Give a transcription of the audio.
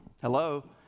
Hello